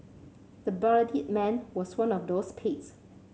the bloodied man was one of those